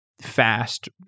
fast